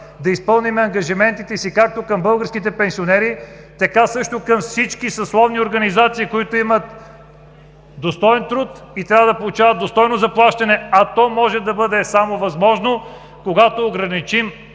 да изпълним ангажиментите си както към българските пенсионери, така също към всички съсловни организации, които имат достоен труд и трябва да получават достойно заплащане, а то може да бъде възможно само, когато ограничим